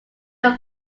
your